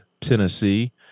Tennessee